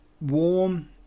warm